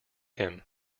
him